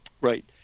Right